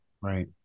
right